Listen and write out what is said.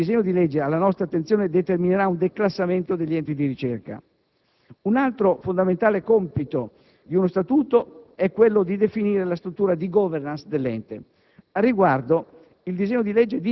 Anche per questo motivo il disegno di legge alla nostra attenzione determinerà un declassamento degli enti di ricerca. Un altro fondamentale compito di uno statuto è quello di definire la struttura di *governance* dell'Ente.